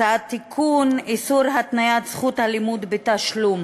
הצעת תיקון, איסור התניית זכות הלימוד בתשלום.